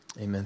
Amen